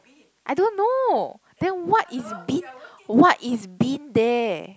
I don't know then what is bean what is bean there